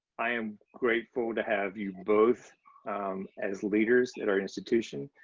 i am grateful to have you both as leaders in our institution.